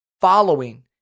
Following